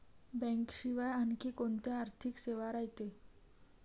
बँकेशिवाय आनखी कोंत्या आर्थिक सेवा रायते?